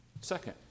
Second